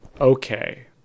okay